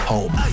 Home